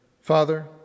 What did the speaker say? Father